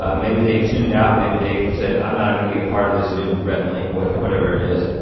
um maybe they've tuned out maybe they've said, i'm not gonna be a part of this new rhett and link, whatever whatever it is,